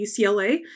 UCLA